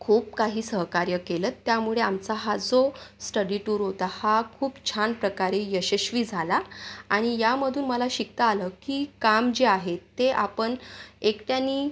खूप काही सहकार्य केलं होतं त्यामुळे आमचा हा जो स्टडी टूर होता हा खूप छान प्रकारे यशस्वी झाला आणि यामधून मला शिकता आलं की काम जे आहे ते आपण एकट्याने